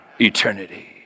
Eternity